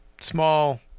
small